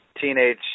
teenage